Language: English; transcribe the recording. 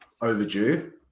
overdue